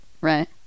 right